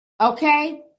Okay